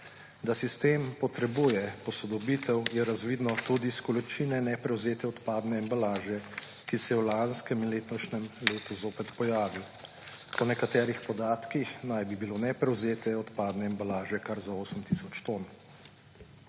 Da sistem potrebuje posodobitev, je razvidno tudi iz količine neprevzete odpadne embalaže, ki se je v lanskem in letošnjem letu zoper pojavila. Po nekaterih podatkih naj bi bilo neprevzete odpadne embalaže kar za 8 tisoč ton.